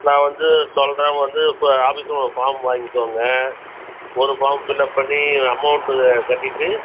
நான் வந்து சொல்கிறேன் வந்து இப்போ ஆஃபிஸ் ரூமில் ஃபார்ம் வாங்கிக்கங்க ஒரு ஃபார்ம் ஃபில் அப் பண்ணி அமௌண்ட்டு கட்டிவிட்டு